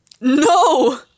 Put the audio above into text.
No